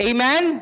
Amen